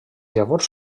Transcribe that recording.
llavors